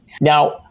Now